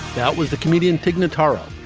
that was the comedian tig notaro.